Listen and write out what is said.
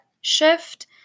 shift